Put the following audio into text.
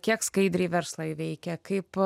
kiek skaidriai verslai veikia kaip